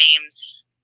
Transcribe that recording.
names